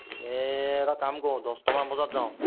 এই এটা কাম কৰো দহটামান বজাত যাওঁ